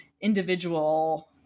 individual